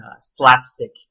Slapstick